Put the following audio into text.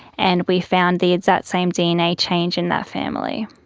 and we found the exact same dna change in that family.